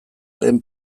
lehen